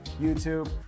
YouTube